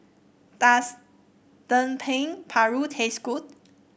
does Dendeng Paru taste good